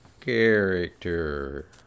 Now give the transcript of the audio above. character